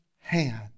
hand